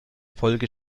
folge